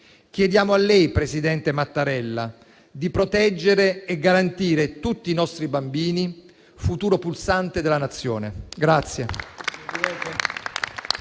Chiediamo a lei, presidente Mattarella, di proteggere e garantire tutti i nostri bambini, futuro pulsante della Nazione.